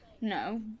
no